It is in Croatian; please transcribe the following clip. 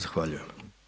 Zahvaljujem.